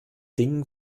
dingen